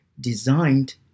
designed